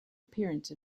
appearance